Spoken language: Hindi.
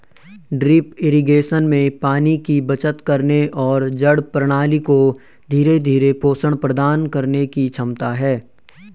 ड्रिप इरिगेशन में पानी की बचत करने और जड़ प्रणाली को धीरे धीरे पोषण प्रदान करने की क्षमता है